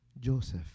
Joseph